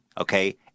Okay